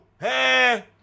Hey